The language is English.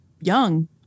young